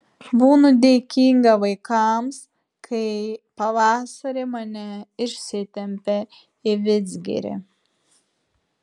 būnu dėkinga vaikams kai pavasarį mane išsitempia į vidzgirį